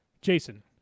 Jason